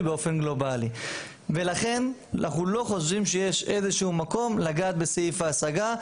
באופן גלובלי ולכן אנחנו לא חושבים שיש איזה שהוא מקום לגעת בסעיף ההשגה.